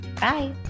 Bye